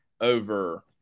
over